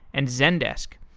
and zendesk.